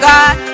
God